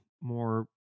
more